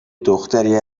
دختری